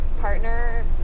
partner